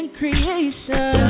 creation